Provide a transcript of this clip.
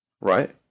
Right